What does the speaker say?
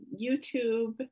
YouTube